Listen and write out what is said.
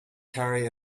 carry